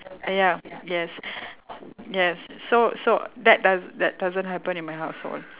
uh ya yes yes so so that does~ that doesn't happen in my household